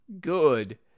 good